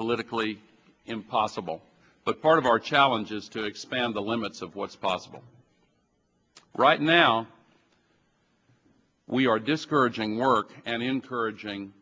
politically impossible but part of our challenge is to expand the limits of what's possible right now we are discouraging work and encouraging